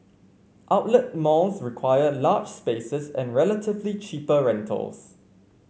outlet malls require large spaces and relatively cheaper rentals